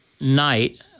night